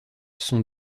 sont